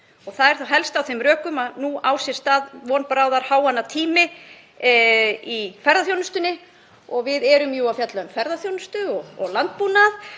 Það er þá helst á þeim rökum að nú verður von bráðar háannatími í ferðaþjónustunni og við erum jú að fjalla um ferðaþjónustu og landbúnað